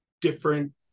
different